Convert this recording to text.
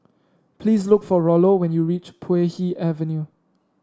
please look for Rollo when you reach Puay Hee Avenue